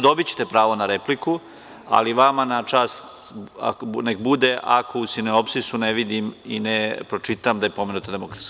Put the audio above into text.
Dobićete pravo na repliku, ali vama na čast neka bude ako u sineopsisu ne vidim i ne pročitam da je pomenuta DS.